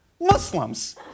Muslims